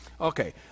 Okay